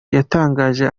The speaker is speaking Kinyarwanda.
yatangije